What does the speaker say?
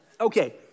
Okay